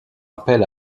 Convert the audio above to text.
appel